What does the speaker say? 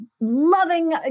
loving